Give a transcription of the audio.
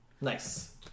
Nice